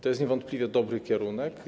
To jest niewątpliwie dobry kierunek.